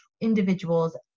individuals